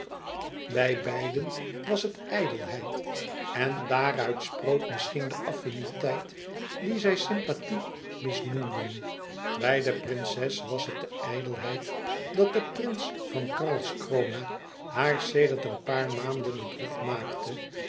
bij beiden was het ijdelheid en daaruit sproot misschien de affiniteit die zij sympathie misnoemden bij de prinses was het de ijdelheid dat de prins van karlskrona haar sedert een paar maanden het hof maakte